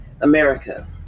America